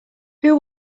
who